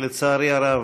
לצערי הרב,